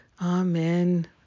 Amen